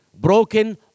broken